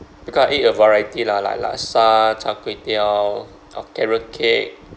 because I eat a variety lah like laksa charkwayteow or carrot cake